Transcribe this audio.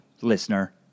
listener